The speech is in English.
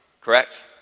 correct